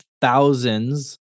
thousands